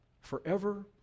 forever